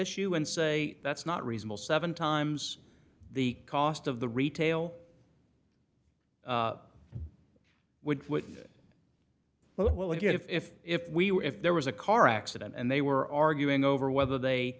issue and say that's not reasonable seven times the cost of the retail would well you get if if we were if there was a car accident and they were arguing over whether they